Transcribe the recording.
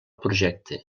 projecte